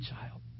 child